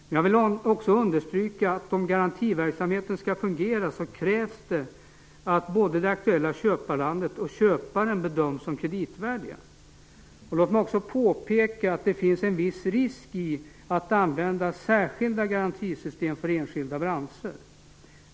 Men jag vill också understryka att om garantiverksamheten skall fungera krävs det att både det aktuella köparlandet och köparen bedöms som kreditvärdiga. Låt mig också påpeka att det finns en viss risk i att använda särskilda garantisystem för enskilda branscher.